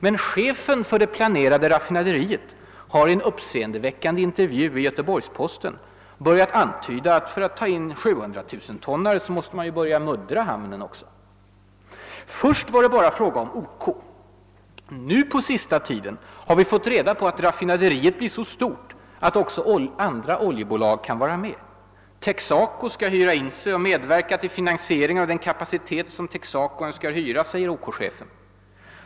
Men chefen för det planerade raffinaderiet har i en uppseendeväckande intervju i Göteborgs-Posten börjat antyda att för att ta in 700 000-tonnare måste man ju börja muddra hamnen också! Först var det bara fråga om OK. Men på senaste tiden har vi fått reda på att raffinaderiet blir så stort att också andra oljebolag kan vara med. Texaco skall hyra in sig och medverka till finansiering av den kapacitet som Texaco önskar hyra, säger OK-chefen.